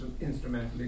instrumentally